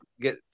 get